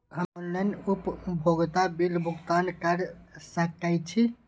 हम ऑनलाइन उपभोगता बिल भुगतान कर सकैछी?